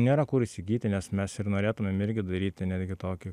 nėra kur įsigyti nes mes ir norėtumėm irgi daryti netgi tokį